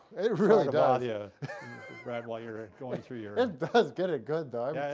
it it really does yeah brad, while you're ah going through your it does get it good, though.